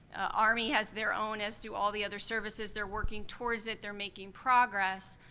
army has their own, as do all the other services. they're working towards it, they're making progress.